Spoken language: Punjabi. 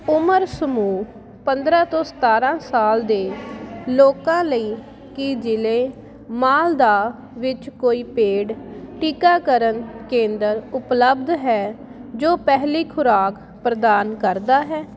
ਉਮਰ ਸਮੂਹ ਪੰਦਰਾਂ ਤੋਂ ਸਤਾਰਾਂ ਸਾਲ ਦੇ ਲੋਕਾਂ ਲਈ ਕੀ ਜ਼ਿਲ੍ਹੇ ਮਾਲਦਾਹ ਵਿੱਚ ਕੋਈ ਪੇਡ ਟੀਕਾਕਰਨ ਕੇਂਦਰ ਉਪਲੱਬਧ ਹੈ ਜੋ ਪਹਿਲੀ ਖੁਰਾਕ ਪ੍ਰਦਾਨ ਕਰਦਾ ਹੈ